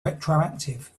retroactive